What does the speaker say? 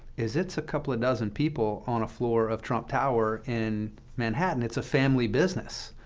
is it's a couple of dozen people on a floor of trump tower in manhattan. it's a family business.